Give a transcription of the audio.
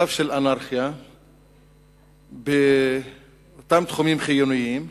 מצב של אנרכיה באותם תחומים חיוניים